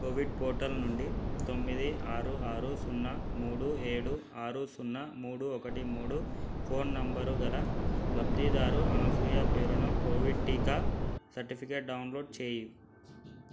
Covid portal నుండి తొమ్మిది ఆరు ఆరు సున్నా మూడు ఏడు ఆరు సున్నా మూడు ఒకటి మూడు ఫోన్ నంబరు గల లబ్ధిదారు అనసూయ పేరున కోవిడ్ టీకా సర్టిఫికేట్ డౌన్లోడ్ చేయి